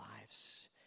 lives